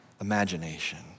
imagination